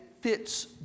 fits